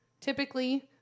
Typically